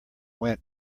went